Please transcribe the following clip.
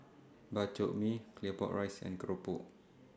Bak Chor Mee Claypot Rice and Keropok